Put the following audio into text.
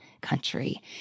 country